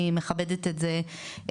אני מכבדת את זה מאוד.